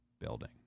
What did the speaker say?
Building